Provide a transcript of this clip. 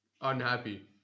unhappy